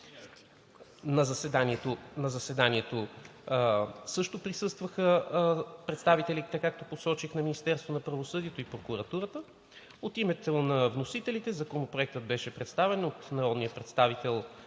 На заседанието също присъстваха представителите, както посочих, на Министерството на правосъдието и прокуратурата. От името на вносителите Законопроектът беше представен от народния представител